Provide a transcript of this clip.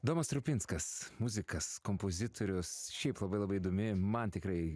domas strupinskas muzikas kompozitorius šiaip labai labai įdomi man tikrai